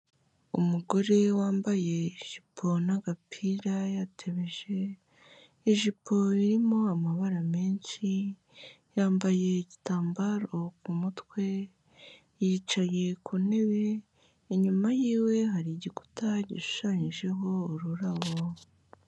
Umugore wambaye ijipo n'agapira yatebeje, ijipo irimo amabara menshi, yambaye igitambaro ku umutwe, yicaye ku ntebe, inyuma y'iwe hari igikuta gishushanyijeho ururabo.